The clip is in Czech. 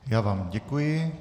Já vám děkuji.